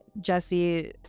Jesse